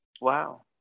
Wow